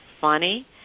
funny